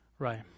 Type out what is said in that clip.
Right